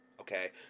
Okay